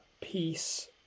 peace